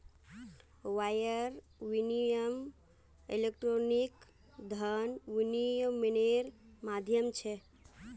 wire विनियम electronic धन विनियम्मेर माध्यम छ